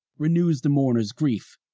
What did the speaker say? renews the mourner's grief,